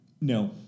No